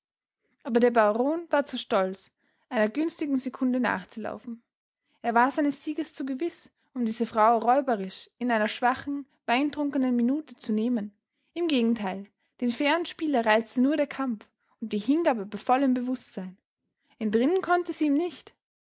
aber der baron war zu stolz einer günstigen sekunde nachzulaufen er war seines sieges zu gewiß um diese frau räuberisch in einer schwachen weintrunkenen minute zu nehmen im gegenteil den fairen spieler reizte nur der kampf und die hingabe bei vollem bewußtsein entrinnen konnte sie ihm nicht